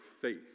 faith